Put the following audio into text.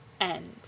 End